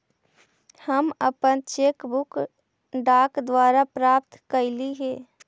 हम अपन cheque book डाक द्वारा प्राप्त कईली हे